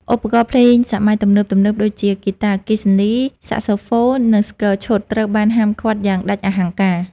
ឧបករណ៍ភ្លេងសម័យទំនើបៗដូចជា ហ្គីតាអគ្គិសនី សាក់សូហ្វូន និងស្គរឈុត ត្រូវបានហាមឃាត់យ៉ាងដាច់អហង្ការ។